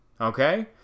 Okay